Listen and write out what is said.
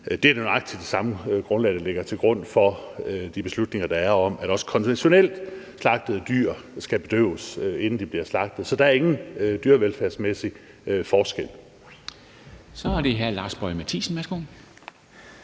er nøjagtig det samme, der ligger til grund for de beslutninger, der er, om, at også konventionelt slagtede dyr skal bedøves, inden de bliver slagtet. Så der er ingen dyrevelfærdsmæssig forskel. Kl. 10:16 Formanden (Henrik